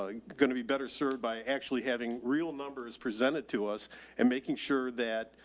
ah going to be better served by actually having real numbers presented to us and making sure that,